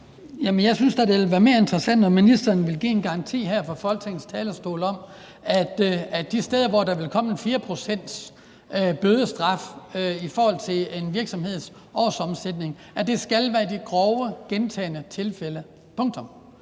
Jeg synes da, det ville være mere interessant, om ministeren ville give en garanti her fra Folketingets talerstol om, at de steder, hvor der vil komme en 4-procentsbødestraf i forhold til en virksomheds årsomsætning, skal det være ved de grove, gentagne tilfælde – punktum.